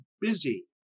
busy